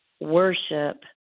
worship